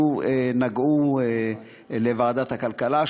נגעו לוועדת הכלכלה,